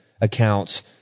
accounts